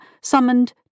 summoned